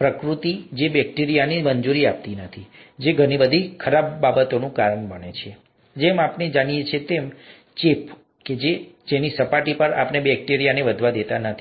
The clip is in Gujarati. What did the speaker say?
પ્રકૃતિ જે બેક્ટેરિયાને મંજૂરી આપતી નથી જે ઘણી બધી ખરાબ બાબતોનું કારણ બને છે જેમ આપણે જાણીએ છીએ ચેપ જે તેની સપાટી પર બેક્ટેરિયાને વધવા દેતા નથી